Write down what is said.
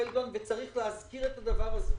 פלדמן, וצריך להזכיר את הדבר הזה,